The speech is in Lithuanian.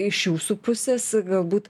iš jūsų pusės galbūt